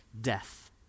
death